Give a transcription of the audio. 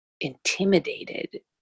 intimidated